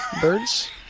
Birds